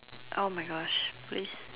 !oh-my-gosh! please